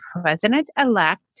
President-Elect